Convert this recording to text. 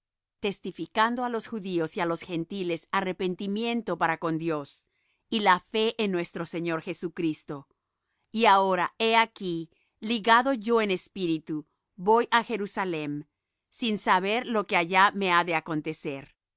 testificando á los judíos y á los gentiles arrepentimiento para con dios y la fe en nuestro señor jesucristo y ahora he aquí ligado yo en espíritu voy á jerusalem sin saber lo que allá me ha de acontecer mas